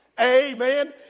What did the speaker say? Amen